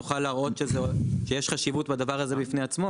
נוכל להראות שיש חשיבות בדבר הזה בפני עצמו,